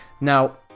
Now